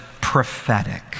prophetic